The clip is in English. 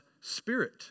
Spirit